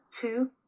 two